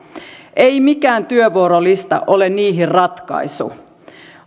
ei mikään työvuorolista ole niihin ratkaisu